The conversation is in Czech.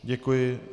Děkuji.